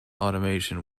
automation